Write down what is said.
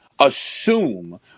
assume